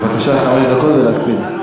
בבקשה, חמש דקות, ולהקפיד.